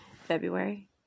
February